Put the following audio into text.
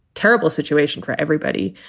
terrible situation for everybody.